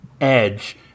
edge